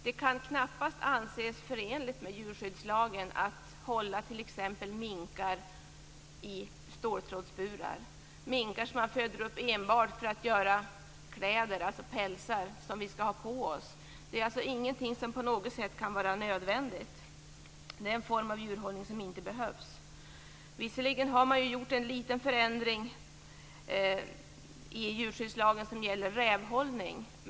Det kan knappast anses förenligt med djurskyddslagen att hålla t.ex. minkar i ståltrådsburar, minkar som man föder upp enbart för att göra kläder, alltså pälsar, som vi skall ha på oss. Det är alltså ingenting som på något sätt kan vara nödvändigt. Det är en form av djurhållning som inte behövs. Visserligen har man gjort en liten förändring i djurskyddslagen som gäller rävhållning.